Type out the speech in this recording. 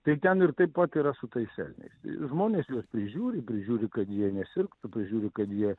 tai ten ir taip pat yra su tais elniais žmonės juos prižiūri prižiūri kad jie nesirgtų pažiūri kad jie